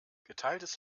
geteiltes